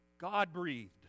God-breathed